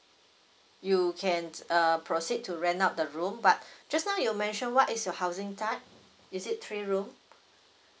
you can err proceed to rent out the room but just now you mention what is your housing type is it three room